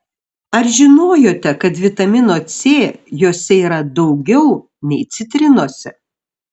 ar žinojote kad vitamino c jose yra daugiau nei citrinose